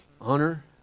honor